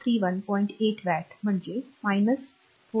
8 watt म्हणजे 4